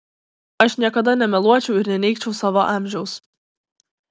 aš niekada nemeluočiau ir neneigčiau savo amžiaus